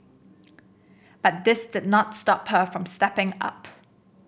but this did not stop her from stepping up